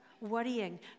worrying